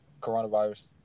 coronavirus